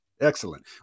Excellent